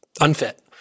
unfit